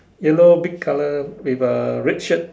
yellow big colour with a red shirt